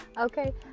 okay